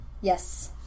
Yes